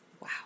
Wow